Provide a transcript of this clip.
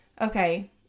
okay